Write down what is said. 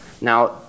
Now